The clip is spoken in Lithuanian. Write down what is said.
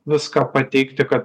viską pateikti kad